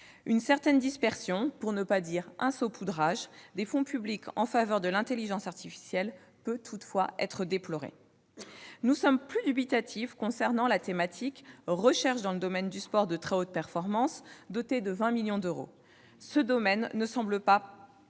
Une certaine dispersion- pour ne pas dire un saupoudrage -des fonds publics en faveur de l'intelligence artificielle peut toutefois être déplorée. Nous sommes plus dubitatifs quant à la thématique « Recherche dans le domaine du sport de très haute performance », qui se voit dotée de 20 millions d'euros au sein de cette même